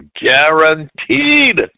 guaranteed